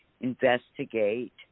Investigate